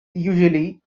usually